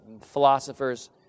philosophers